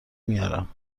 میارم